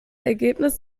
ergebnis